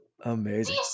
Amazing